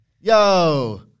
Yo